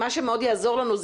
העובדות הן כאלה: